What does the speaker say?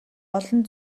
олон